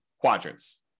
quadrants